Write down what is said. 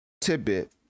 tidbit